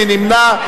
מי נמנע?